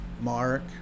Mark